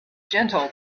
gentle